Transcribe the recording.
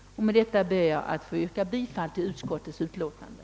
Med det anförda ber jag att få yrka bifall till utskottets hemställan.